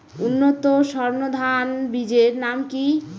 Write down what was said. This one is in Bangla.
উন্নত সর্ন ধান বীজের নাম কি?